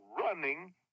running